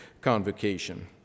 convocation